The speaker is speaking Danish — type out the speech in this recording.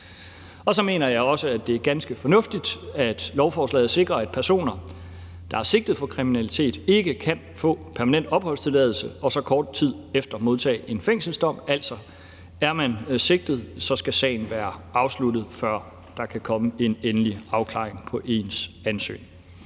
Så mener jeg også, at det er ganske fornuftigt, at lovforslaget sikrer, at personer, der er sigtet for kriminalitet, ikke kan få permanent opholdstilladelse og så kort tid efter modtage en fængselsdom. Altså, er man sigtet, skal sagen være afsluttet, før der kan komme en endelig afklaring på ens ansøgning.